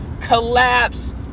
collapse